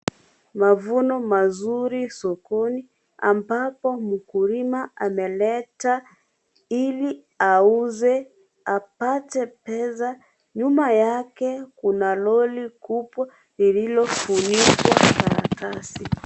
Mavuno mazuri sokoni, ambapo mkulima ameleta ili auze, apate pesa. Nyuma yake kuna lori kubwa lililofunikwa karatasi.